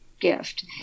gift